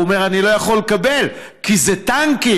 הוא אומר: אני לא יכול לקבל כי זה טנקים,